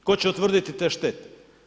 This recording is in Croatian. Tko će utvrditi te štete?